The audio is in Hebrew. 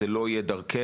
זה לא יהיה דרכנו,